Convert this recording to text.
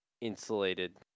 insulated